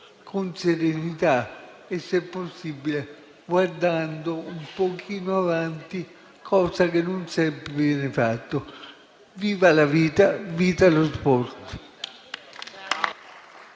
con serenità e, se possibile, guardando un po' avanti, cosa che non sempre viene fatta. Viva la vita, vita lo sport.